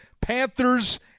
Panthers